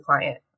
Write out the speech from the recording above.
client